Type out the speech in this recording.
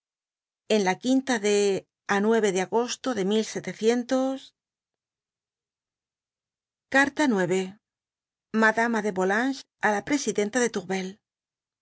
en la quinta de a de agosto de carta ix madama de volanges á la presidenta de teurvel